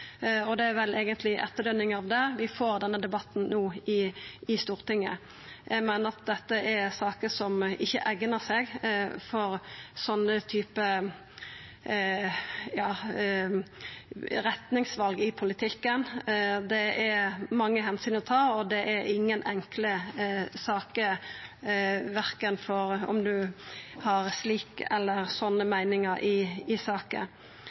Det er vel eigentleg i etterdønningane av det vi no får denne debatten i Stortinget. Eg meiner at dette er saker som ikkje eignar seg for slike retningsval i politikken. Det er mange omsyn å ta, og det er ingen enkle saker – verken om ein meiner slik eller